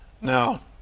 Now